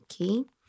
Okay